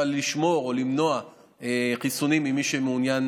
לשמור או למנוע חיסונים ממי שמעוניין